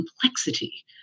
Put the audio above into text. complexity